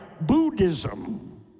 Buddhism